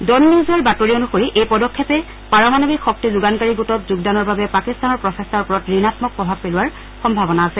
Don নিউজৰ বাতৰি অনুসৰি এই পদক্ষেপ পাৰমাণৱিক শক্তি যোগানকাৰী গোটত যোগদানৰ বাবে পাকিস্তানৰ প্ৰচেষ্টাৰ ওপৰত ঋণামক প্ৰভাৱ পেলোৱাৰ সম্ভাৱনা আছে